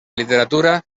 literatura